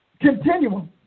continuum